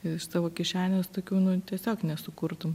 iš savo kišenės tokių nu tiesiog nesukurtum